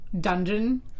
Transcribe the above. dungeon